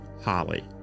Holly